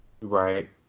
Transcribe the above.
Right